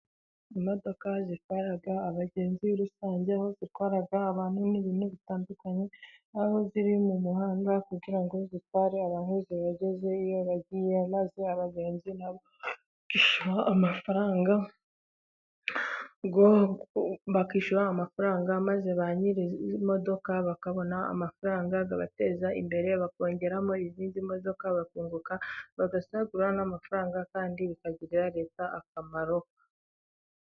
Imodoka zitwara abagenzi rusange, aho zitwara abantu n'ibintu bitandukanye, aho ziri mu muhanda kugira ngo zitware abagenzi ibageze iyo bagiye, maze abagenzi nabo bakishyura amafaranga, maze ba nyiri imodoka bakabona amafaranga abateza imbere bakongeramo izindi modoka bakunguka, bagasagura n'amafaranga kandi bikagirira leta akamaro.